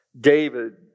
David